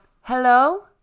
hello